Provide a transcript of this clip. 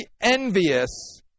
envious